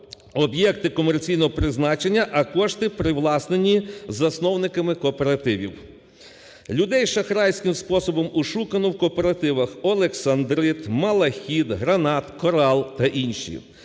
об'єкти комерційного призначення, а кошти привласнені засновниками кооперативів. Людей шахрайським способом ошукано в кооперативах "Олександрит", "Малахіт", "Гранат", "Корал" та інші.